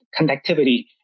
connectivity